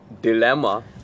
Dilemma